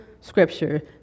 scripture